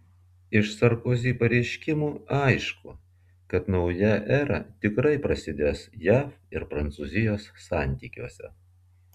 iš sarkozi pareiškimų aišku kad nauja era tikrai prasidės jav ir prancūzijos santykiuose